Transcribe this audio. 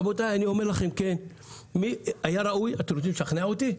רבותיי, אתם רוצים לשכנע אותי?